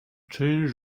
chain